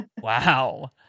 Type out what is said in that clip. Wow